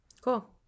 Cool